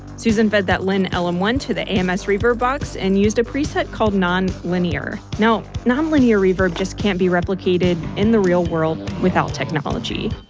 susan fed that linn l m one to the ams reverb box and used a preset called nonlinear. nonlinear reverb just can't be replicated in the real world without technology.